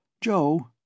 Joe